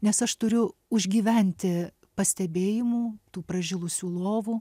nes aš turiu užgyventi pastebėjimų tų pražilusių lovų